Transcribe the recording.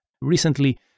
Recently